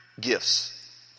gifts